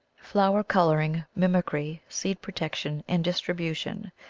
flower colouring, mimicry, seed protection and distribution,